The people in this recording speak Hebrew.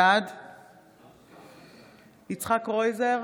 בעד יצחק קרויזר,